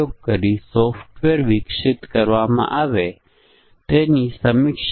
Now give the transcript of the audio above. તેથી આપણે તેને ઑપ્ટિમાઇઝ કરી ને આપણે ચાર ટેસ્ટ કેસ શોધ્યા